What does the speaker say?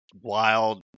wild